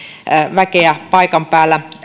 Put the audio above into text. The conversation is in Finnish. väkeä paikan päällä